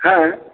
হ্যাঁ